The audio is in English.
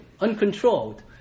uncontrolled